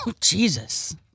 Jesus